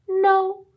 no